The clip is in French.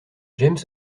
james